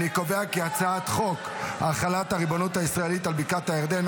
אני קובע כי הצעת חוק החלת הריבונות הישראלית על בקעת הירדן,